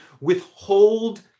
withhold